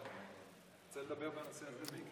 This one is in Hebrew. אני רוצה לדבר בנושא הזה.